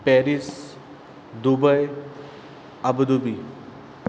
Paris Dubai Abu Dhabi